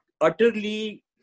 utterly